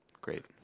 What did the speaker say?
Great